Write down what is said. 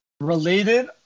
related